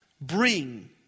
bring